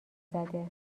زده